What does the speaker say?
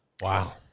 Wow